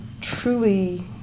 truly